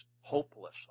hopeless